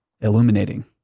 illuminating